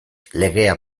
legea